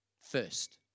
First